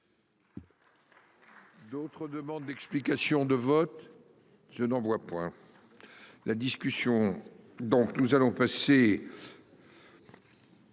D'autres demandes d'explications de vote. Je n'en vois point. La discussion. Donc nous allons passer.